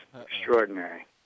extraordinary